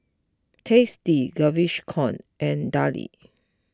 Tasty Gaviscon and Darlie